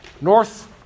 North